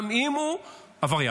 גם אם הוא עבריין.